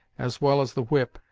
as well as the whip,